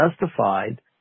justified